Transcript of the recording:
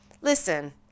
listen